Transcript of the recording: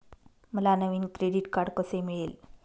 मला नवीन credit card कसे मिळेल?